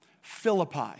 Philippi